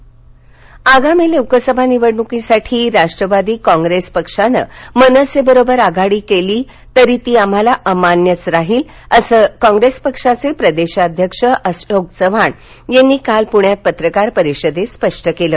अशोक चव्हाण आगामी लोकसभा निवडणुकीसाठी राष्ट्वादी काँप्रेस पक्षाने मनसे बरोबर आघाडी केली तरी ती आम्हाला अमान्यच राहील असं काँप्रेस पक्षाचे प्रदेशाध्यक्ष अशोक चव्हाण यांनी काल पुण्यात पत्रकार परिषदेत स्पष्ट केलं